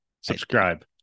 subscribe